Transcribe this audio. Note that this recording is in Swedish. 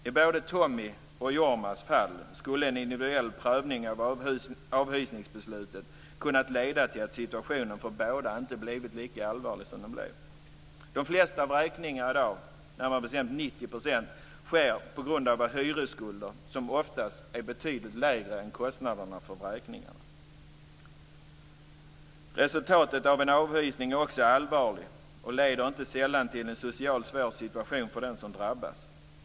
I både Tommys och Jormas fall skulle en individuell prövning av avhysningsbeslutet kunnat leda till att situationen för dem båda inte hade blivit lika allvarlig som den blev. De flesta vräkningar i dag, närmare bestämt 90 %, sker på grund av hyresskulder som oftast är betydligt lägre än kostnaderna för vräkningarna. Resultatet av en avhysning är också allvarligt och innebär inte sällan en svår social situation för den som drabbas.